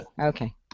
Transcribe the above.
Okay